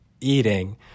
eating